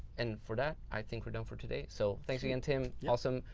and for that, i think we're done for today. so, thanks again, tim. yeah awesome.